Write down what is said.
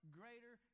greater